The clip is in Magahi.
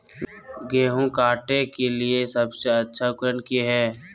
गेहूं के काटे के लिए सबसे अच्छा उकरन की है?